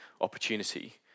opportunity